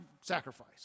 sacrifice